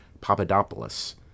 Papadopoulos